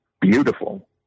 beautiful